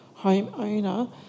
homeowner